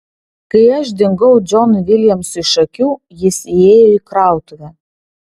kai aš dingau džonui viljamsui iš akių jis įėjo į krautuvę